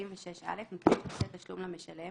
"חובות דיווח 46.(א)נותן שירותי תשלום למשלם